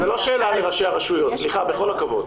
זה לא שאלה אל ראשי הרשויות, סליחה, בכל הכבוד.